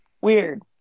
weird